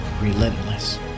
Relentless